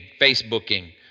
Facebooking